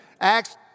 Acts